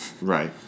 Right